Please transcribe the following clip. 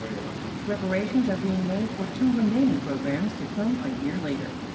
preparations are being laid for two remaining programs to come a year later.